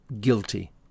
Guilty